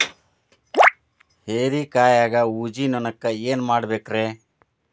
ಹೇರಿಕಾಯಾಗ ಊಜಿ ನೋಣಕ್ಕ ಏನ್ ಮಾಡಬೇಕ್ರೇ?